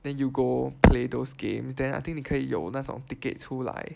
then you go play those games then I think 你可以有那种 tickets 出来